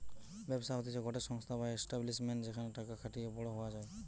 ব্যবসা হতিছে গটে সংস্থা বা এস্টাব্লিশমেন্ট যেখানে টাকা খাটিয়ে বড়ো হওয়া যায়